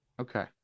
Okay